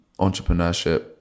entrepreneurship